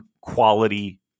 quality